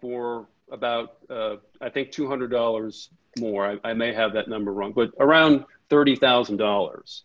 for about i think two hundred dollars more i may have that number wrong was around thirty thousand dollars